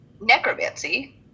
necromancy